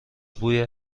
بوی